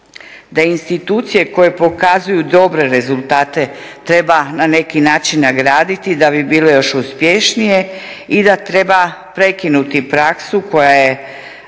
da institucije koje pokazuju dobre rezultate treba na neki način nagraditi da bi bile još uspješnije i da treba prekinuti praksu koja je